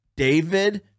David